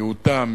מיעוטם,